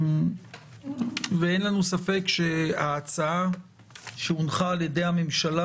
ואין לנו ספק שההצעה שהונחה על-ידי הממשלה